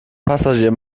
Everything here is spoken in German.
passagier